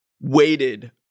waited